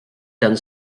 tan